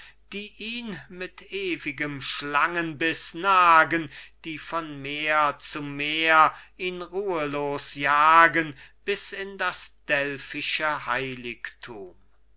die ihn mit ewigem schlangenbiß nagen die von meer zu meer ihn ruhelos jagen bis in das delphische heiligthum